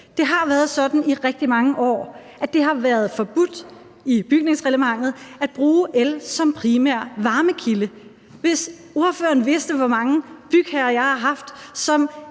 Det har været sådan i rigtig mange år, at det har været forbudt i bygningsreglementet at bruge el som primær varmekilde. Ordføreren skulle bare vide, hvor mange bygherrer jeg har haft, som